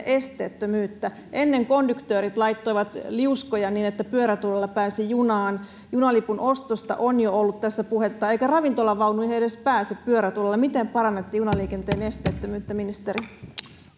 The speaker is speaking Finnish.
esteettömyyttä ennen konduktöörit laittoivat liuskoja niin että pyörätuolilla pääsi junaan junalipun ostosta on jo ollut tässä puhetta eikä ravintolavaunuihin edes pääse pyörätuolilla miten parannatte junaliikenteen esteettömyyttä ministeri